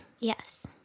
Yes